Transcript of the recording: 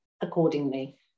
accordingly